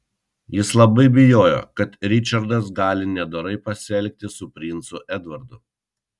jis labai bijo kad ričardas gali nedorai pasielgti su princu edvardu